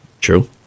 True